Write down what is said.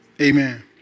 Amen